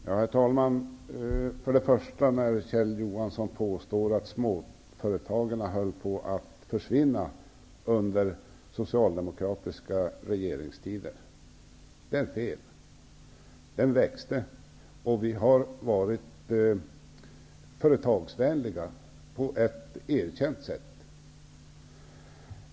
Herr talman! För det första påstår Kjell Johansson att småföretagen höll på att försvinna under den socialdemokratiska regeringstiden. Det är fel. Småföretagsamheten växte. Vi har varit företagsvänliga på ett erkänt sätt.